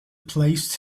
placed